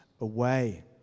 away